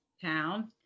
town